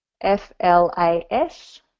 F-L-A-S